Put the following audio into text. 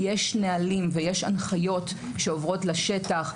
יש נהלים ויש הנחיות שעוברות לשטח,